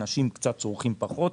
אנשים צורכים קצת פחות,